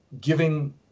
giving